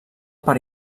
part